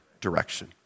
direction